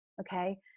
okay